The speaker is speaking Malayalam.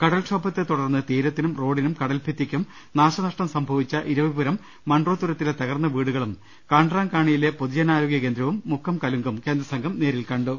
കടൽക്ഷോഭത്തെത്തുടർന്ന് തീരത്തിനും റോഡിനും കടൽഭിത്തിക്കും നാശനഷ്ടം സംഭവിച്ച ഇരവിപുരം മൺറോത്തുരുത്തിലെ ത്രകർന്ന വീടുകളും കൺട്രാംകാണിയിലെ പൊതുജനാരോഗ്യകേന്ദ്രവും മുക്കം കലുങ്കും കേന്ദ്രസം ഘം നേരിൽ കണ്ടു